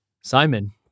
Simon